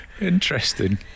Interesting